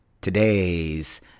Today's